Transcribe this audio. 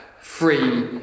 free